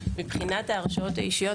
מבחינת ההרשאות האישיות,